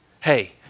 hey